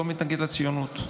לא מתנגד לציונות.